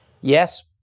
Yes